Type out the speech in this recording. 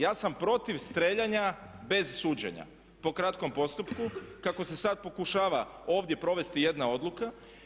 Ja sam protiv strijeljanja bez suđenja, po kratkom postupku kako se sad pokušava ovdje provesti jedna odluka.